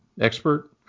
expert